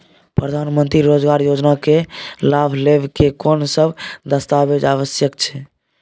प्रधानमंत्री मंत्री रोजगार योजना के लाभ लेव के कोन सब दस्तावेज आवश्यक छै?